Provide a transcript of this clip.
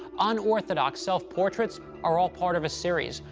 unorthodox self-portraits are all part of a series,